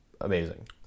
amazing